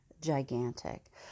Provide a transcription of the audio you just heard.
gigantic